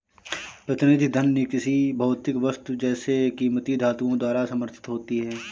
प्रतिनिधि धन किसी भौतिक वस्तु जैसे कीमती धातुओं द्वारा समर्थित होती है